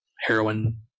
heroin